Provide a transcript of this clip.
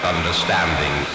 Understanding